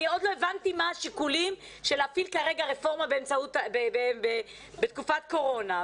אני עוד לא הבנתי מה השיקולים להפעיל כרגע רפורמה בתקופת קורונה.